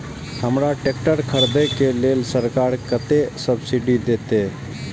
हमरा ट्रैक्टर खरदे के लेल सरकार कतेक सब्सीडी देते?